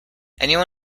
anyone